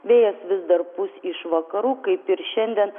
vėjas vis dar pūs iš vakarų kaip ir šiandien